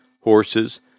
horses